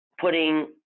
putting